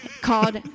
called